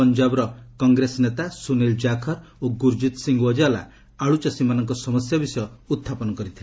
ପଞ୍ଜାବର କଂଗ୍ରେସ ନେତା ସୁନୀଲ ଜାଖର ଓ ଗୁରୁଜିତ୍ ସିଂହ ଔକଲା ଆଳୁ ଚାଷୀମାନଙ୍କ ସମସ୍ୟା ବିଷୟ ଉହ୍ଚାପନ କରିଥିଲେ